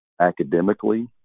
academically